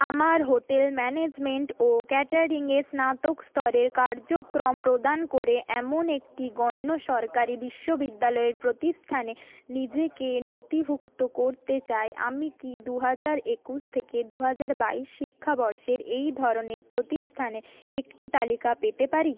আমার hotel management ও ক্যাটারিংয়ে স্নাতক স্তরের কার্যক্রম প্রদান করে এমন একটি গণ্য সরকারি বিশ্ববিদ্যালয়ের প্রতিষ্ঠানে নিজেকে নথিভুক্ত করতে চাই আমি কি দু হাজার একুশ থেকে দু হাজার বাইশ শিক্ষাবর্ষের এই ধরনের প্রতিষ্ঠানে একটি তালিকা পেতে পারি